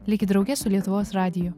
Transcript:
likit drauge su lietuvos radiju